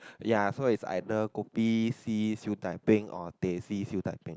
ya so its either kopi-c-Siew-Dai-peng or teh-c-Siew-Dai-peng